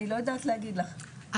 אני לא יודעת להגיד לך,